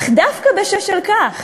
אך דווקא בשל כך,